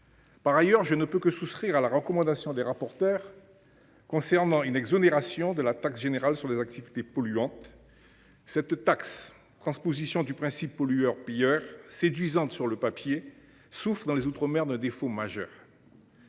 Par ailleurs, je ne peux que souscrire à la recommandation des rapporteurs. Confirmant une exonération de la taxe générale sur les activités polluantes. Cette taxe. Transposition du principe pollueur-payeur séduisante sur le papier, sauf dans les Outre-mer 2 défauts majeurs.